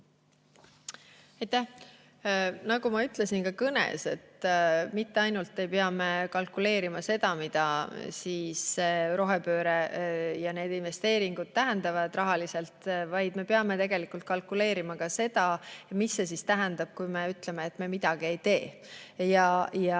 Nagu ma ütlesin ka oma kõnes, me mitte ainult ei pea kalkuleerima seda, mida rohepööre ja need investeeringud tähendavad rahaliselt, vaid me peame tegelikult kalkuleerima ka seda, mis see tähendab, kui me ütleme, et me midagi ei tee. Ja